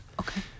okay